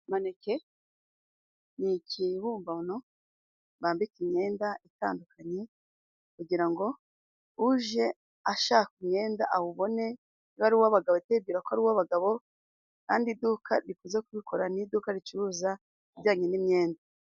Maneke ni ikibumbano bambika imyenda itandukanye, kugira ngo uje ashaka umwenda awubone, niba ari uw'abagabo ahite yibwira ko ari uw'abagabo, kandi iduka rikunze kubikora ni iduka ricuruza ibijyanye n'imyenda.